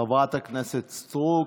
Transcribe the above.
חברת הכנסת סטרוק.